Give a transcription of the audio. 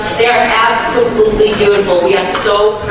they're absolutely beautiful. we are so